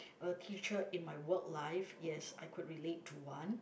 a teacher in my work life yes I could relate to one